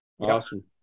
Awesome